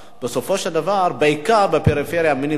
בסופו של דבר, בפריפריה, מי נמצאים,